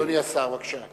אדוני השר, בבקשה.